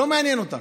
לא מעניין אותם.